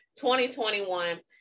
2021